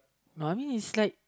so I mean it's like